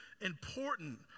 important